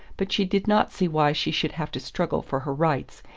but she did not see why she should have to struggle for her rights,